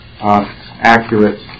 accurate